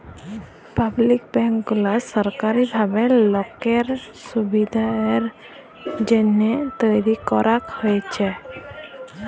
public bank গুলা সরকারি ভাবে লোকের সুবিধের জন্যহে তৈরী করাক হয়েছে